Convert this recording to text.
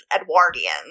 Edwardian